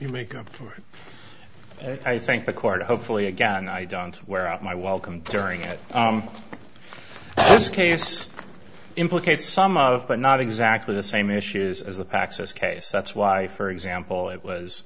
you make up for it i think the court hopefully again i don't wear out my welcome during it this case implicates some of but not exactly the same issues as the pax s case that's why for example it was